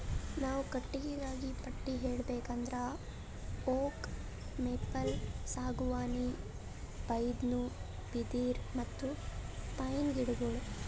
ನಾವ್ ಕಟ್ಟಿಗಿಗಾ ಪಟ್ಟಿ ಹೇಳ್ಬೇಕ್ ಅಂದ್ರ ಓಕ್, ಮೇಪಲ್, ಸಾಗುವಾನಿ, ಬೈನ್ದು, ಬಿದಿರ್, ಮತ್ತ್ ಪೈನ್ ಗಿಡಗೋಳು